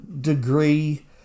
degree